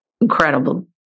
incredible